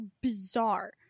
bizarre